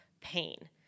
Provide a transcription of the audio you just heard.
pain